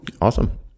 Awesome